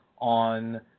on